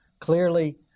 Clearly